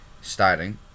starting